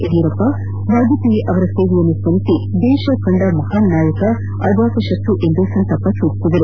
ಯಡಿಯೂರಪ್ಪ ವಾಜಪೇಯಿ ಅವರ ಸೇವೆಯನ್ನು ಸ್ಮರಿಸಿ ದೇಶ ಕಂಡ ಮಹಾನ್ ನಾಯಕ ಅಜಾತ ಶತ್ರು ಎಂದು ಸಂತಾಪ ಸೂಚಿಸಿದರು